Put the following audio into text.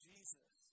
Jesus